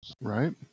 Right